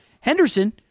Henderson